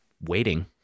waiting